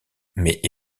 mais